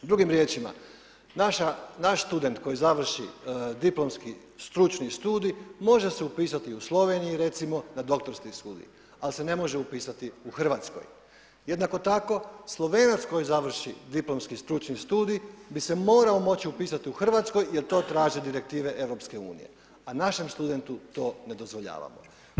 Drugim riječima, naš student koji završi diplomski stručnih studij može se upisati u Sloveniji recimo na doktorski studij, ali se ne može upisati u Hrvatskoj. jednako tako Slovenac koji završi diplomski stručni studij bi se morao moći upisati u Hrvatskoj jer to traže direktive EU, a našem studentu to ne dozvoljavamo.